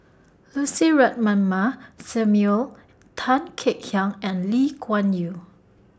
Lucy Ratnammah Samuel Tan Kek Hiang and Lee Kuan Yew